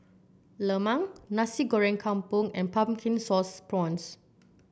lemang Nasi Goreng Kampung and Pumpkin Sauce Prawns